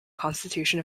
constitution